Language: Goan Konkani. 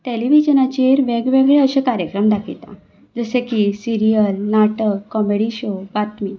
टेलिविजनाचेर वेग वेगळे अशे कार्यक्रम दाखयता जशे की सिरियल नाटक कॉमेडी शॉ बातमी